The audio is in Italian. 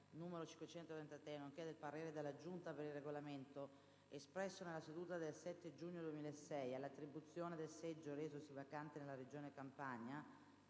n. 533, nonché del parere della Giunta per il Regolamento espresso nella seduta del 7 giugno 2006, all'attribuzione del seggio resosi vacante nella regione Campania